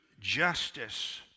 justice